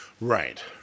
Right